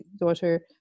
daughter